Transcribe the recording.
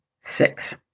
six